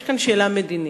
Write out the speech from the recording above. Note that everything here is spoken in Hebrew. יש כאן שאלה מדינית.